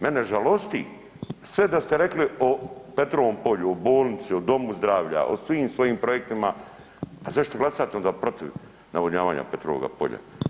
Mene žalosti sve da ste rekli o Petrovom polju, o bolnici, o domu zdravlja, o svim svojim projektima, zašto glasate onda protiv navodnjavanja Petrovoga polja?